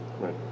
Right